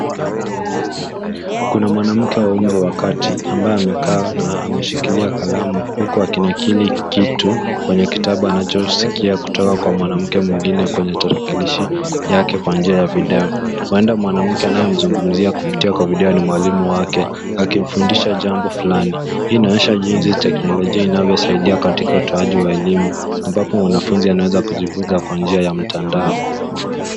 Kuna mwanamke wa umri wa kati ambaye amekaa na ameshikilia kalamu huku akinakili kitu kwenye kitabu, anachosikia kutoka kwa mwanamke mwingine kwenye tarakilishi yake kwa njia ya video. Huenda mwanamke anayemzungumzia kupitia kwa video ni mwalimu wake, akimfundisha jambo fulani. Hii inaonyesha jinsi teknolojia inavyosaidia katika utoaji wa elimu ambapo mwanafunzi anaweza kujifunza kwa njia ya mtandao.